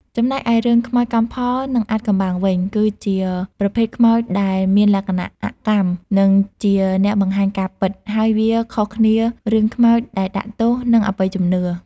ចំំណែកឯរឿងខ្មោចកម្មផល និងអាថ៌កំបាំងវិញ គឺជាប្រភេទខ្មោចដែល មានលក្ខណៈអកម្ម និងជាអ្នកបង្ហាញការពិត ហើយវាខុសគ្នារឿងខ្មោចដែលដាក់ទោស និងអបិយជំនឿ។